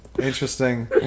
Interesting